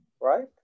Right